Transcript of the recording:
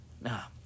Now